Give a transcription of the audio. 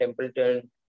Templeton